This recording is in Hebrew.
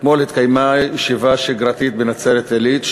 אתמול התקיימה ישיבה שגרתית בנצרת-עילית,